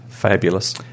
Fabulous